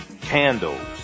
candles